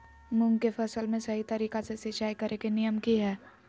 मूंग के फसल में सही तरीका से सिंचाई करें के नियम की हय?